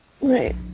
Right